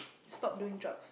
stop doing drugs